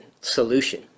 Solution